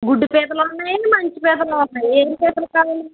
గుడ్డు పీతలున్నాయి మంచి పీతలున్నాయి ఏం పీతలు కావాలి